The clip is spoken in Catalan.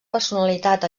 personalitat